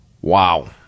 Wow